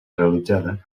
realitzada